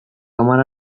hamar